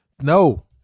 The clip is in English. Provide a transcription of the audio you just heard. No